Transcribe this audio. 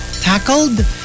tackled